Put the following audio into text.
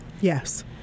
Yes